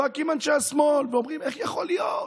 צועקים אנשי השמאל ואומרים: איך יכול להיות?